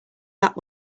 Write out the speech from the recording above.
that